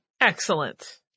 Excellent